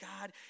God